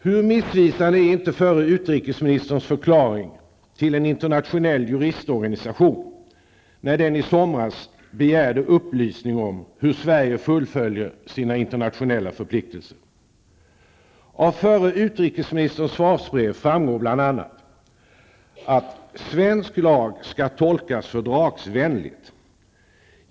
Hur missvisande är inte förre utrikesministerns förklaring till en internationell juristorganisation när den i somras begärde upplysning om hur Sverige fullföljer sina internationella förpliktelser. Av förre utrikesministerns svarsbrev framgår bl.a. Svensk lag skall tolkas fördragningsvänligt.